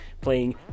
playing